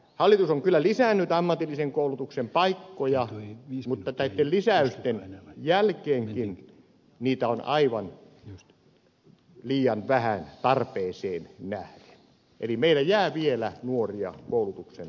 hallitus on kyllä lisännyt ammatillisen koulutuksen paikkoja mutta näitten lisäysten jälkeenkin niitä on aivan liian vähän tarpeeseen nähden eli meillä jää vielä nuoria koulutuksen ulkopuolelle